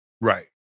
right